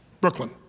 Brooklyn